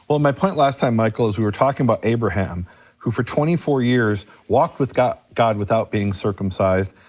well, my point last time, michael, is we were talking about abraham who, for twenty four years, walked with god god without being circumcised.